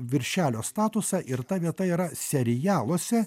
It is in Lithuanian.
viršelio statusą ir ta vieta yra serialuose